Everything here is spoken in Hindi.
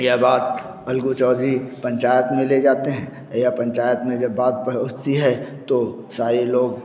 यह बात अलगु चौधरी पंचायत में ले जाते हैं यह पंचायत में जब बात पहुंचती है तो सारे लोग